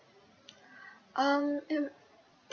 um mm